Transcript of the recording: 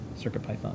CircuitPython